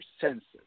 senses